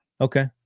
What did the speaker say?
Okay